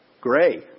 Gray